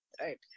right